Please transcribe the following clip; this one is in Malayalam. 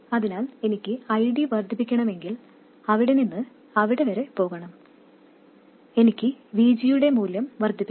അതിനാൽ എനിക്ക് ID വർദ്ധിപ്പിക്കണമെങ്കിൽ അവിടെ നിന്ന് അവിടെ വരെ പോകണം എനിക്ക് VG യുടെ മൂല്യം വർദ്ധിപ്പിക്കണം